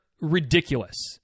ridiculous